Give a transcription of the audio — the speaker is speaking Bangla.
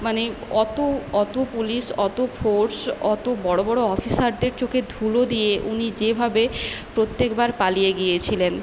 মানে অত অত পুলিশ অত ফোর্স অত বড়ো বড়ো অফিসারদের চোখে ধুলো দিয়ে উনি যেভাবে প্রত্যেকবার পালিয়ে গিয়েছিলেন